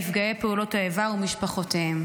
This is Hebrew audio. נפגעי פעולות האיבה ולמשפחותיהם.